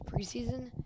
preseason